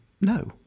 No